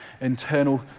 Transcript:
internal